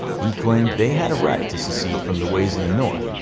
he claimed they had a right to secede from the ways of the north.